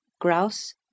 grouse